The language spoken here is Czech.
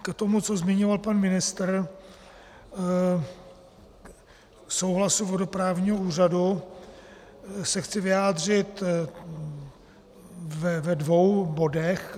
K tomu, co zmiňoval pan ministr, k souhlasu vodoprávního úřadu, se chci vyjádřit ve dvou bodech.